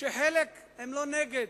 שחלק לא נגד,